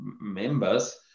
members